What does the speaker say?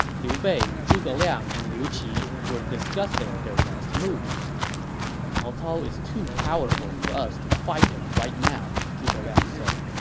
liu bei, zhuge liang, and liu qi were discussing their next move cao cao is too powerful for us to fight him right now, zhuge liang said.